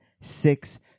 six